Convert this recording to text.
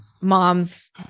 moms